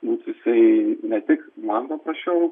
bus jisai ne tik man paprašiau